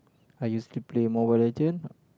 I used to play Mobile-Legend